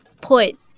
put